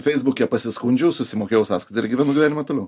feisbuke pasiskundžiau susimokėjau sąskaitą ir gyvenu gyvenimą toliau